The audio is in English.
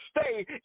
stay